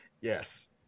yes